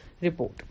report